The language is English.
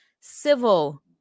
civil